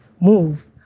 move